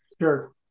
Sure